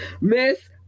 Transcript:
Miss